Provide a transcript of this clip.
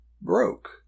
broke